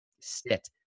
sit